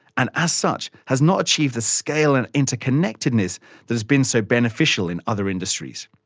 and, as such, has not achieved the scale and interconnectedness that has been so beneficial in other industries.